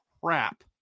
crap